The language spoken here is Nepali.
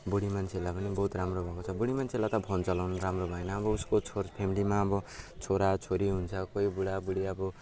बुढी मान्छेहरूलाई पनि बहुत राम्रो भएको छ बुढी मान्छेलाई त फोन चलाउनु राम्रो भएन अब उसको छोर् फ्यामिलीमा अब छोराछोरी हुन्छ कोही बुढाबुढी अब